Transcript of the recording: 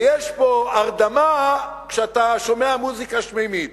ויש פה הרדמה כשאתה שומע מוזיקה שמימית.